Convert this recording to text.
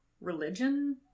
religion